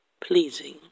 pleasing